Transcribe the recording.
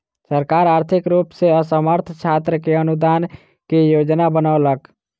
सरकार आर्थिक रूप सॅ असमर्थ छात्र के अनुदान के योजना बनौलक